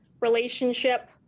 relationship